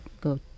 go